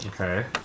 Okay